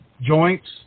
joints